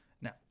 Now